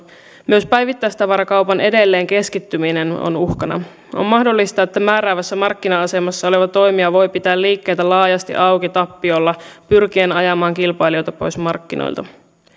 myös päivittäistavarakaupan edelleenkeskittyminen on uhkana on mahdollista että määräävässä markkina asemassa oleva toimija voi pitää liikkeitä laajasti auki tappiolla pyrkien ajamaan kilpailijoita pois markkinoilta